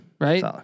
right